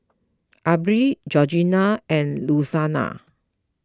Aubree Georgina and Louanna